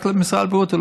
רק למשרד הבריאות,